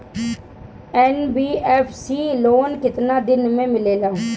NBFC loan केतना दिन मे मिलेला?